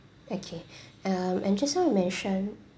okay um and just now you mentioned